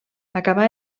acabà